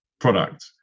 product